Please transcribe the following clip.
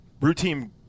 routine